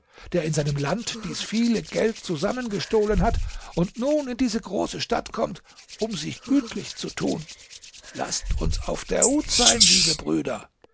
der in seinem land dies viele geld zusammengestohlen hat und nun in diese große stadt kommt um sich gütlich zu tun laßt uns auf der hut sein liebe brüder